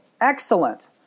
Excellent